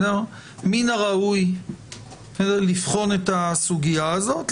מן הראוי לבחון את הסוגיה הזאת.